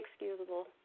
inexcusable